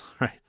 right